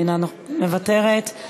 מוותרת,